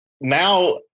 now